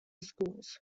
schools